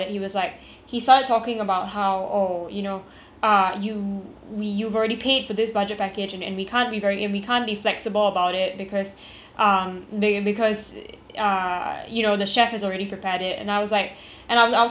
ah you we you've already paid for this budget package and and we can't be very and we can't be flexible about it because um they because uh you know the chef has already prepared it and I was like and I was I was quite upset about that because the truth is I had already put in a request